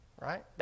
right